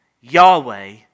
Yahweh